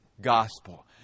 Gospel